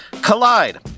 Collide